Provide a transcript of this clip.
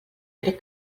crec